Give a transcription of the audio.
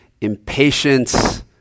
Impatience